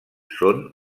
són